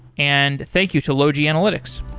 and thank you to logi analytics.